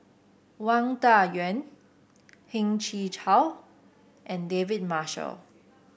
Wang Dayuan Heng Chee How and David Marshall